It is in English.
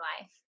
life